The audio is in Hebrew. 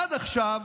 עד עכשיו